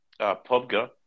Pogba